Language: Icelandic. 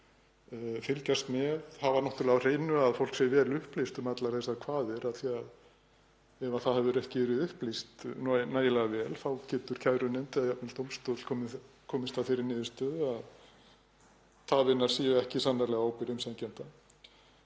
fylgjast með, hafa á hreinu að fólk sé vel upplýst um allar þessar kvaðir af því að ef það hefur ekki verið upplýst nægilega vel þá getur kærunefnd eða jafnvel dómstóll komist að þeirri niðurstöðu að tafirnar séu ekki sannarlega á ábyrgð umsækjenda.